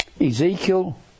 Ezekiel